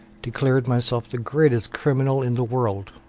declared myself the greatest criminal in the world.